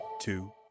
two